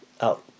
out